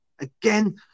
Again